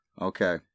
Okay